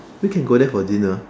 we can go there for dinner